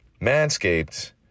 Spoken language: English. Manscaped